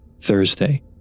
Thursday